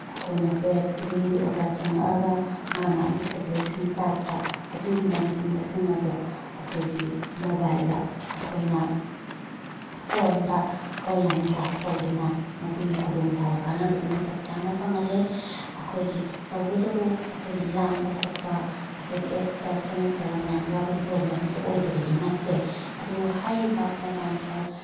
ꯑꯩꯈꯣꯏꯅ ꯄꯦꯔꯠ ꯈꯨꯗꯤꯡꯒꯤ ꯑꯣꯖꯥ ꯆꯪꯉꯛꯑꯒ ꯃꯥ ꯃꯥꯒꯤ ꯁꯕꯖꯦꯛꯁꯤꯡ ꯇꯥꯛꯄ ꯑꯗꯨꯒꯨꯝꯕꯅꯆꯤꯡꯕꯁꯤꯡ ꯑꯗꯣ ꯑꯩꯈꯣꯏꯒꯤ ꯃꯣꯕꯥꯏꯜꯗ ꯑꯩꯈꯣꯏꯅ ꯐꯣꯟꯗ ꯑꯣꯟꯂꯥꯏꯟ ꯀ꯭ꯂꯥꯁ ꯇꯧꯗꯨꯅ ꯃꯗꯨꯒꯤ ꯈꯨꯗꯣꯡ ꯆꯥꯕ ꯀꯥꯅꯕꯗꯨꯃ ꯆꯞ ꯆꯥꯅ ꯐꯪꯍꯜꯂꯦ ꯑꯩꯈꯣꯏꯒꯤ ꯇꯧꯕꯗꯕꯨ ꯑꯩꯈꯣꯏꯅ ꯂꯥꯡꯕ ꯈꯣꯠꯄ ꯑꯩꯈꯣꯏꯒꯤ ꯑꯦꯞꯇ ꯆꯪꯉꯛꯇꯕ ꯃꯌꯥꯝ ꯌꯥꯎꯕꯒꯤ ꯄ꯭ꯔꯣꯕ꯭ꯂꯦꯝꯁꯨ ꯑꯣꯏꯗꯕꯗꯤ ꯅꯠꯇꯦ ꯑꯗꯨꯕꯨ ꯍꯥꯏꯔꯤꯕ ꯃꯣꯕꯥꯏꯜ ꯐꯣꯟ